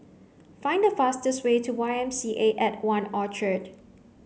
find the fastest way to Y M C A at One Orchard